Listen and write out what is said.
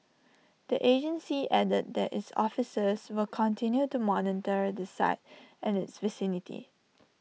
the agency added that its officers will continue to monitor the site and its vicinity